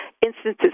instances